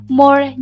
more